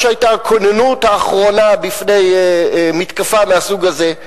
שהיתה הכוננות האחרונה בפני מתקפה מהסוג הזה,